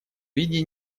виде